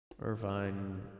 Irvine